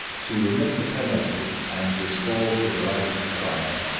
to remit a penalty and restore to the life of crime.